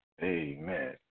Amen